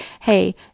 hey